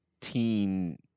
teen